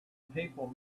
people